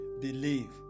believe